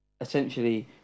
essentially